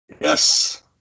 Yes